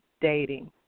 dating